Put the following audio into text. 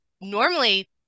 normally